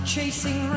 chasing